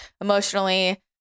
Emotionally